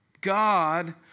God